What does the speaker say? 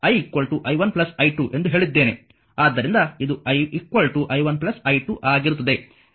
ಆದ್ದರಿಂದ ಇದು i i1 i2 ಆಗಿರುತ್ತದೆ